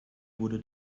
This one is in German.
wurde